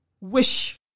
wish